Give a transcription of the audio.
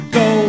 go